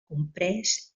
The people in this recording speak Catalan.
comprès